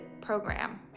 program